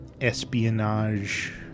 espionage